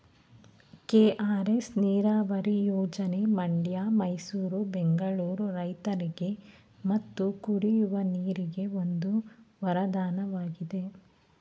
KRS ನೀರವರಿ ಯೋಜನೆ ಮಂಡ್ಯ ಮೈಸೂರು ಬೆಂಗಳೂರು ರೈತರಿಗೆ ಮತ್ತು ಕುಡಿಯುವ ನೀರಿಗೆ ಒಂದು ವರದಾನವಾಗಿದೆ